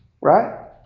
right